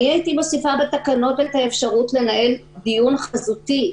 הייתי מוסיפה בתקנות את האפשרות לנהל דיון חזותי.